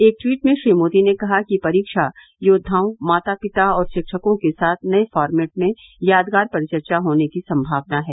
एक ट्वीट में श्री मोदी ने कहा कि परीक्षा योद्वाओं माता पिता और शिक्षकों के साथ नये फॉरमेट में यादगार परिचर्चा होने की संभावना है